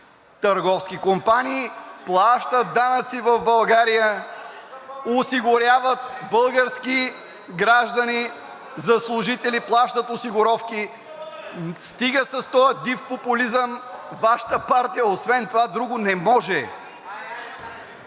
търговски компании, плащат данъци в България, осигуряват български граждани за служители, плащат осигуровки. Стига с този див популизъм. Вашата партия освен това друго не може.